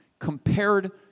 compared